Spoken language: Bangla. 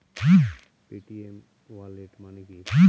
পেটিএম ওয়ালেট মানে কি?